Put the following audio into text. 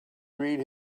read